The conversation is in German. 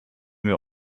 wir